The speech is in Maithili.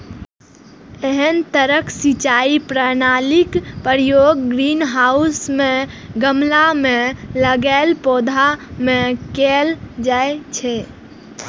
एहन तरहक सिंचाई प्रणालीक प्रयोग ग्रीनहाउस मे गमला मे लगाएल पौधा मे कैल जाइ छै